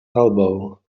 elbow